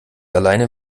alleine